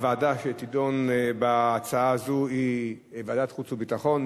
הוועדה שתדון בהצעה הזו היא ועדת החוץ והביטחון.